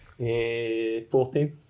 14